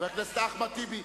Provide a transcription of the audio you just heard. חבר הכנסת אחמד טיבי,